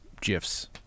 GIFs